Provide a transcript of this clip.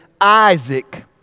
Isaac